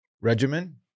regimen